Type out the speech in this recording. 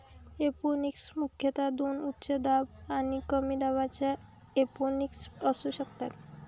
aeroponics मुख्यतः दोन उच्च दाब आणि कमी दाबाच्या एरोपोनिक्स असू शकतात